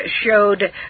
showed